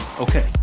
Okay